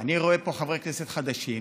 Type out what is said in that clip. אני רואה פה חברי כנסת חדשים.